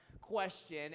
question